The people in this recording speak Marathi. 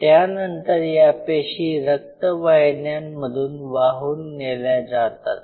त्यानंतर या पेशी रक्तवाहिन्यांमधून वाहून नेल्या जातात